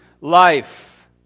life